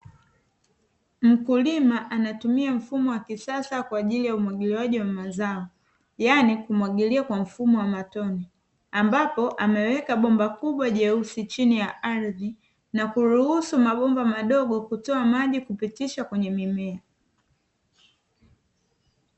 Mkulima anatumia mfumo wa kisasa, kwa ajili ya umwagiliwaji wa mazao, yaani kumwagilia kwa mfumo wa matone, ambapo ameweka bomba kubwa jeusi chini ya ardhi, na kuruhusu mabomba madogo kutoa maji kupitisha kwenye mimea.